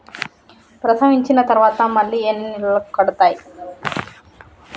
ప్రసవించిన తర్వాత మళ్ళీ ఎన్ని నెలలకు కడతాయి?